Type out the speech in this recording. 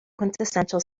quintessential